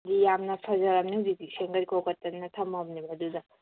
ꯌꯥꯝꯅ ꯐꯖꯔꯕꯅꯦ ꯍꯧꯖꯤꯛꯇꯤ ꯁꯦꯝꯒꯠ ꯈꯣꯀꯠꯇꯅ ꯊꯝꯂꯕꯅꯦꯕ ꯑꯗꯨꯗ